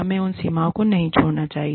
हमें उन सीमाओं को नहीं छोड़ना चाहिए